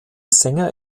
sänger